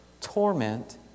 torment